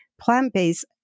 plant-based